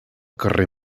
carrer